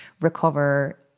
recover